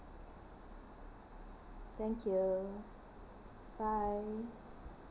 thank you bye